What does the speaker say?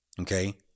Okay